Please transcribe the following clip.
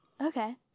Okay